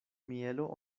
mielo